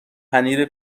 پنیر